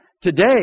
Today